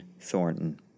Thornton